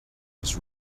was